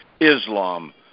islam